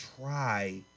try